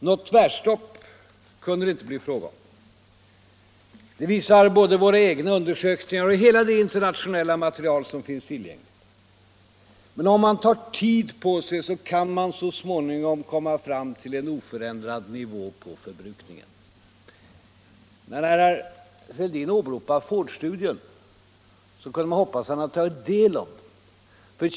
Något tvärstopp kunde det inte bli fråga om. Det visar både våra egna undersökningar och hela det internationella material som finns tillgängligt. Men om man tar tid på sig så kan man så småningom komma fram till en oförändrad nivå på förbrukningen. När herr Fälldin åberopade Fordstudien får vi hoppas att han tagit del av denna.